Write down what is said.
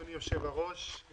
אדוני יושב-הראש,